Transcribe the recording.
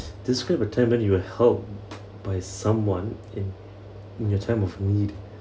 describe a time when you were helped by someone in in your time of need